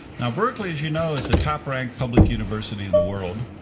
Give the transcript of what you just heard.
now berkeley, as you know, is the top ranked public university in the world.